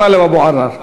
טלב אבו עראר.